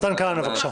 מתן כהנא, בבקשה.